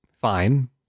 fine